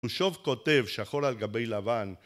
הוא שוב כותב שחור על גבי לבן